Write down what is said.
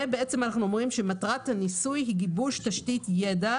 אנחנו אומרים שמטרת הניסוי היא גיבוש תשתית ידע,